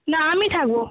না আমি থাকব